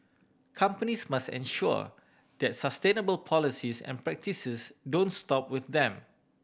companies must ensure that sustainable policies and practices don't stop with them